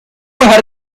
dejar